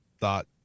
thought